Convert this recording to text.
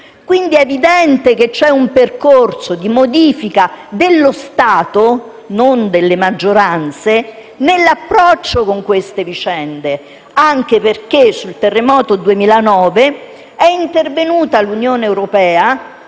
quindi evidente che c'è un percorso di modifica dello Stato, non delle maggioranze, nell'approccio a queste vicende, anche perché sul terremoto del 2009 è intervenuta l'Unione europea